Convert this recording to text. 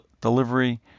delivery